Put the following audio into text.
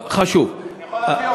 אני יכול להביא עוד.